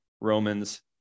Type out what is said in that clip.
Romans